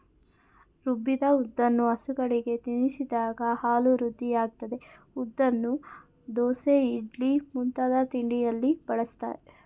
ರುಬ್ಬಿದ ಉದ್ದನ್ನು ಹಸುಗಳಿಗೆ ತಿನ್ನಿಸಿದಾಗ ಹಾಲು ವೃದ್ಧಿಯಾಗ್ತದೆ ಉದ್ದನ್ನು ದೋಸೆ ಇಡ್ಲಿ ಮುಂತಾದ ತಿಂಡಿಯಲ್ಲಿ ಬಳಸ್ತಾರೆ